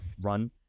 run